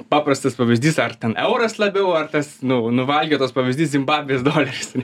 paprastas pavyzdys ar ten euras labiau ar tas nu nuvalkiotas pavyzdys zimbabvės doleris